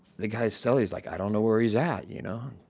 the guy's cellie is like, i don't know where he's at, you know,